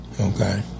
Okay